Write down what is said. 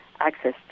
access